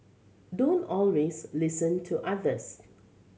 don't always listen to others